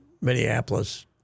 Minneapolis